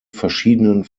verschiedenen